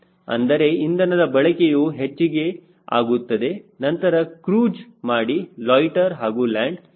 ಅಂದರೆ ಇಂಧನದ ಬಳಕೆಯು ಹೆಚ್ಚಿಗೆ ಆಗುತ್ತದೆ ನಂತರ ಕ್ರೂಜ್ ಮಾಡಿ ಲೊಯ್ಟ್ಟೆರ್ ಹಾಗೂ ಲ್ಯಾಂಡ್ ಆಗುತ್ತದೆ